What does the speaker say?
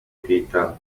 kwiyitaho